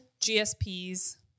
GSPs